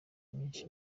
myinshi